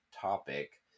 topic